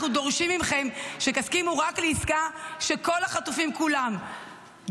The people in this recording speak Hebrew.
אנחנו דורשים מכם שתסכימו רק לעסקה שכל החטופים כולם,